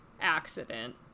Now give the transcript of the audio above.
accident